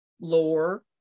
lore